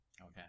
okay